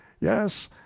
yes